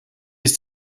ist